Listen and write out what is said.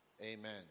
Amen